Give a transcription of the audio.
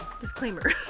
disclaimer